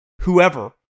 whoever